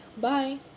Bye